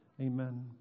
Amen